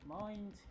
mind